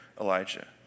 Elijah